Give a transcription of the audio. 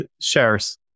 shares